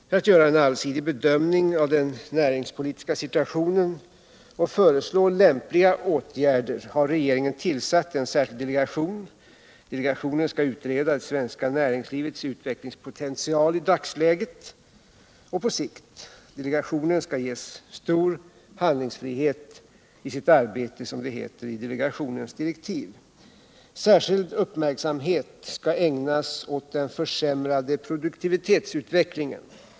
För att göra en allsidig bedömning av den näringspolitiska situationen och föreslå lämpliga åtgärder har regeringen tillsatt en särskild delegation, som skall utreda det svenska näringslivets utvecklingspotential i dagsläget och på sikt. Delegationen skall ges stor handlingsfrihet i sitt arbete, som det heter i dess direktiv. Särskild uppmärksamhet skall ägnas åt den försämrade produktivitetsutvecklingen.